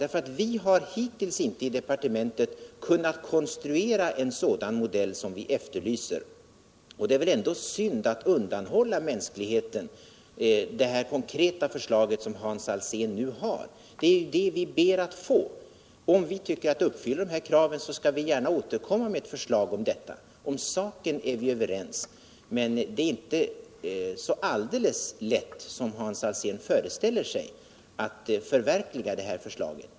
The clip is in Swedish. Vi har nämligen hittills inte i departementet kunnat konstruera en sådan modell som vi efterlyser. Det är väl svnd att undanhålla mänskligheten detta konkreta förslag som Hans Alsén nu har -— det är det vi ber att få. Om vi tycker att det uppfyller kraven skall vi återkomma med ett förslag. I sak är vi överens, mc2n det är inte så lätt som Hans Alsén föreställer sig att förverkliga förslaget.